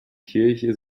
kirche